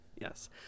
Yes